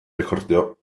recordio